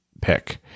pick